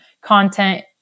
content